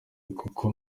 kuko